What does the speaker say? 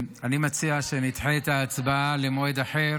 אני מציע שנדחה את ההצבעה למועד אחר.